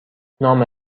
نام